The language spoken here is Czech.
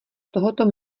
tohoto